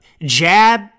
jab